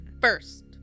first